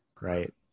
right